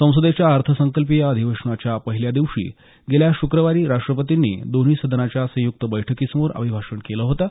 संसदेच्या अर्थसंकल्पीय अधिवेशनाच्या पहिल्या दिवशी गेल्या शुक्रवारी राष्ट्रपतींनी दोन्ही सदनांच्या संयुक्त बैठकीसमोर अभिभाषण केलं होतं